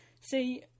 See